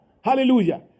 Hallelujah